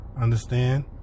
Understand